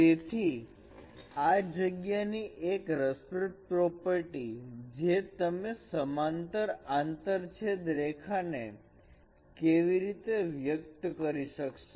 તેથી આ જગ્યા ની એક રસપ્રદ પ્રૉપર્ટી જે તમે સમાંતર આંતરછેદ રેખાને કેવી રીતે વ્યક્ત કરી કરશો